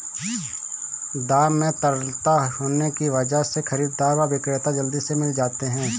दाम में तरलता होने की वजह से खरीददार व विक्रेता जल्दी से मिल जाते है